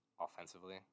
offensively